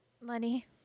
money